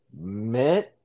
meant